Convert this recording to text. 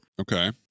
Okay